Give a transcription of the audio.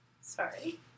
Sorry